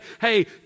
hey